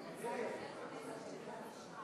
מה תעשה עם חבר כנסת שלא נבחר ואין לו כסף?